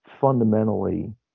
fundamentally